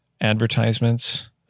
advertisements